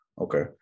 Okay